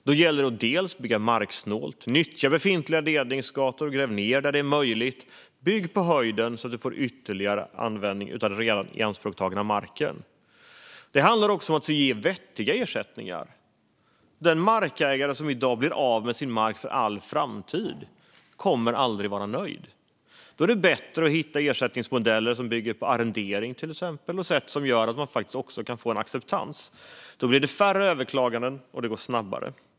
Då gäller det att bygga marksnålt, nyttja befintliga ledningsgator, gräva ned där det är möjligt samt bygga på höjden så att man får ytterligare användning av den redan ianspråktagna marken. Det handlar också om att ge vettiga ersättningar. Den markägare som i dag blir av med sin mark för all framtid kommer aldrig att vara nöjd. Då är det bättre att hitta ersättningsmodeller som bygger på arrendering, till exempel, och sätt som gör att man faktiskt också kan få en acceptans. Då blir det färre överklaganden, och det går också snabbare.